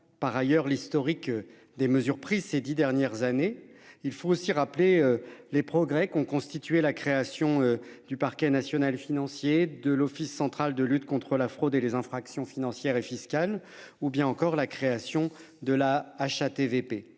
par ailleurs l'historique des mesures prises ces 10 dernières années. Il faut aussi rappeler les progrès qu'ont constitué la création du parquet national financier de l'Office central de lutte contre la fraude et les infractions financières et fiscales ou bien encore la création de la HATVP.